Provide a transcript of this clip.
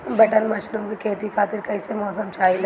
Button mushroom के खेती खातिर कईसे मौसम चाहिला?